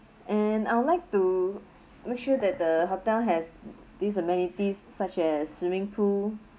and I would like to make sure that the hotel has these amenities such as swimming pool